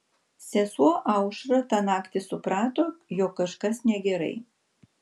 sesuo aušra tą naktį suprato jog kažkas negerai